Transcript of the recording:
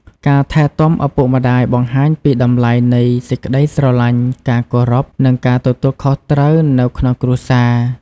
ការថែទាំឪពុកម្ដាយបង្ហាញពីតម្លៃនៃសេចក្ដីស្រឡាញ់ ការគោរព និងការទទួលខុសត្រូវនៅក្នុងគ្រួសារ។